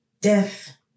death